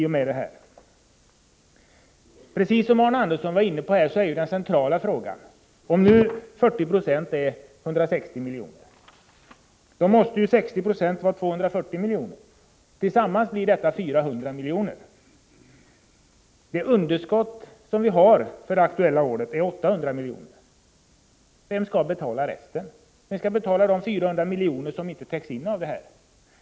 Arne Andersson i Ljung var inne på den centrala frågan: Om 40 96 är 160 milj.kr., då måste 60 20 vara 240 milj.kr. Tillsammans blir detta 400 milj.kr. Det underskott som vi har för det aktuella året är 800 milj.kr. Vem skall betala resten? Vem skall betala de 400 milj.kr. som inte täcks in av överenskommelsen?